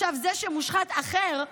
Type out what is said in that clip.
זה שמושחת אחר,